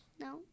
No